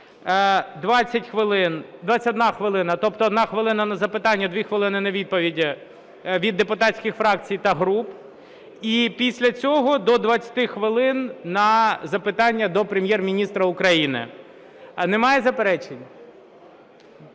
21 хвилина, тобто 1 хвилина на запитання, 2 хвилини на відповіді, – від депутатських фракцій та груп, і після цього – до 20 хвилин на запитання до Прем'єр-міністра України. Немає заперечень?